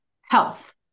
health